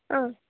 ஆ